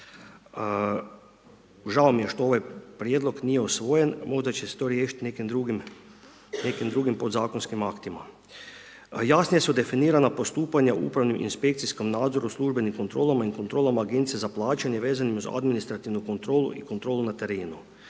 Žao mi je što ovaj prijedlog nije usvojen možda će se to riješiti nekim drugim podzakonskim aktima. Jasnije su definiranja postupanja u upravno-inspekcijskom nadzoru, službenim kontrolama i kontrolama Agencije za plaćanje vezanim uz administrativnu kontrolu i kontrolu na terenu